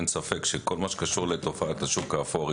אין ספק שכל מה שקשור בתופעת השוק האפור,